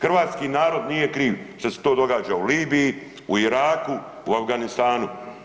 Hrvatski narod nije kriv što se to događa u Libiji, u Iraku, u Afganistanu.